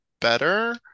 better